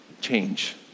change